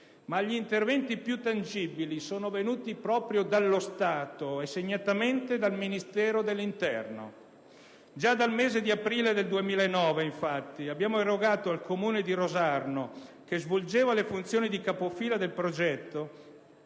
Ma gli interventi più tangibili sono venuti proprio dallo Stato, e segnatamente dal Ministero dell'interno. Già dal mese di aprile 2009, infatti, abbiamo erogato al Comune di Rosarno, che svolgeva le funzioni di capofila del progetto,